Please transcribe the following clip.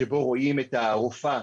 שבו רואים את הרופאה,